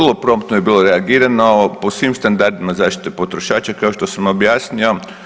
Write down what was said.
Vrlo promptno je bilo reagirano po svim standardima zaštite potrošača, kao što sam objasnio.